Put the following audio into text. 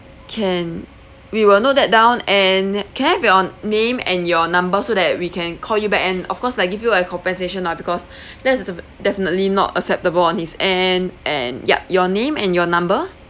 can we will note that down and can I have your name and your number so that we can call you back and of course like give you a compensation lah because that's definitely not acceptable on his end and yup your name and your number